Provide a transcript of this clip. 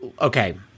okay